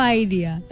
idea